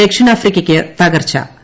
ദക്ഷിണാഫ്രിക്കയ്ക്ക് തകർച്ചു